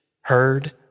heard